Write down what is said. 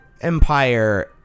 empire